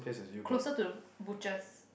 closer to the butchers